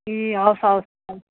ए हवस् हवस् हवस्